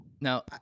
Now